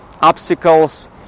obstacles